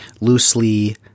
loosely